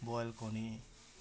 boil কণী